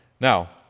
Now